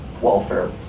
welfare